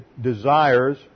desires